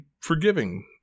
forgiving